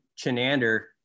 Chenander